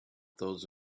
those